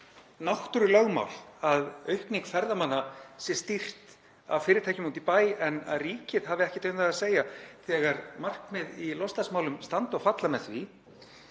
náttúrulögmál að aukningu ferðamanna sé stýrt af fyrirtækjum úti í bæ en að ríkið hafi ekkert um það að segja þegar markmið í loftslagsmálum standa og falla með því?